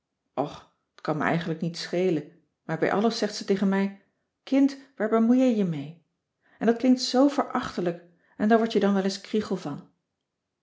och t kan me eigenlijk niets schelen maar bij alles zegt ze tegen mij kind waar bemoei je je mee en dat klinkt zoo verachtelijk en daar word je dan wel eens kriegel van